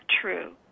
true